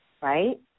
right